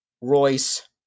Royce